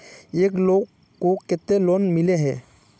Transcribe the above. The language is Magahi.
एक लोग को केते लोन मिले है?